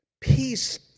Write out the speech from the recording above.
Peace